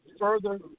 further